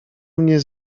mnie